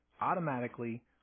automatically